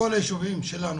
אזי כל היישובים שלנו,